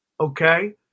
Okay